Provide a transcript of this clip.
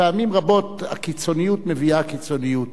פעמים רבות הקיצוניות מביאה קיצוניות,